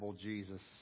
Jesus